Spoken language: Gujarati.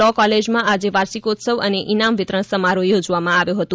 લો કોલેજમાં આજે વાર્ષિકોત્સવ અને ઇનામ વિતરણ સમારોહ યોજવામાં આવ્યો હતો